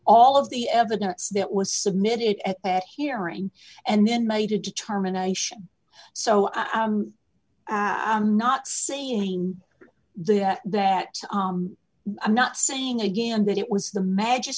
all of the evidence that was submitted at that hearing and then made a determination so i'm not saying they have that i'm not saying again that it was the magi